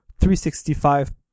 365